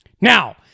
now